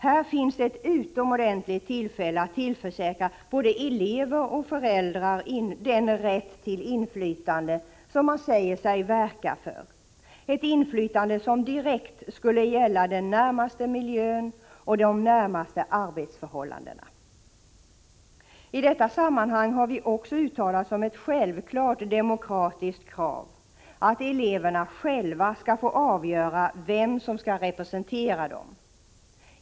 Här finns ett utomordentligt tillfälle att tillförsäkra både elever och föräldrar den rätt till inflytande som man från regeringshåll säger sig verka för, ett inflytande som direkt skulle gälla den närmaste miljön och de närmaste arbetsförhållandena. I detta sammanhang har vi också uttalat som ett självklart demokratiskt krav att eleverna själva skall få avgöra vem som skall representera dem.